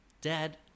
Dad